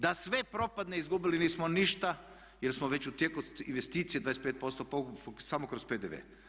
Da sve propadne izgubili nismo ništa, jer smo već u tijeku investicije 25% povukli samo kroz PDV.